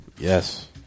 Yes